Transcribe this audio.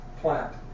plant